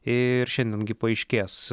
ir šiandien gi paaiškės